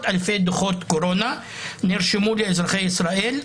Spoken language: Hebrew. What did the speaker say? אלפי דוחות קורונה שנרשמו לאזרחי ישראל,